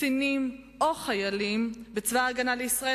קצינים או חיילים בצבא-הגנה לישראל